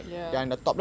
ya